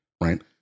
right